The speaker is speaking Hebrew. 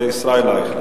ישראל אייכלר,